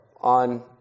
on